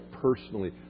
personally